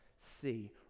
see